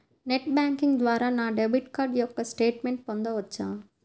Net banking ద్వారా నా debit card యొక్క స్టేట్మెంట్ పొందవచ్చా?